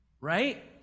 Right